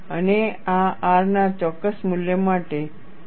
અને આ R ના ચોક્કસ મૂલ્ય માટે છે